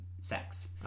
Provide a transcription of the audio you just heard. sex